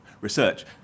research